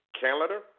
calendar